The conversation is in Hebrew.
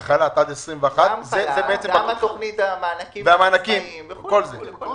גם החל"ת, גם תוכנית המענקים לעצמאים וכולי.